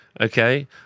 okay